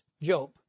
Job